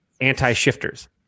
anti-shifters